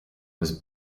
was